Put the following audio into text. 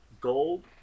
gold